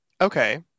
Okay